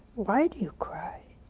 why do you cry?